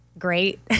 great